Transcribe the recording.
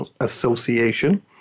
Association